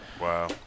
wow